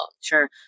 Sure